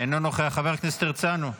אינו נוכח, חבר הכנסת הרצנו,